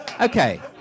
Okay